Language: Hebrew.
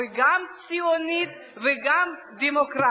וגם ציונית וגם דמוקרטית.